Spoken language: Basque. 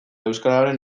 euskararen